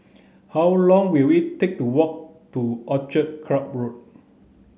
how long will it take to walk to Orchid Club Road